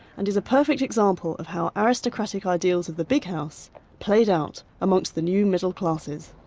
and is a perfect example of how aristocratic ideals of the big house played out amongst the new middle classes.